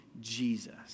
Jesus